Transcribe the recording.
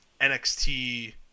NXT